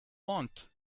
want